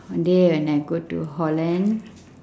one day when I go to holland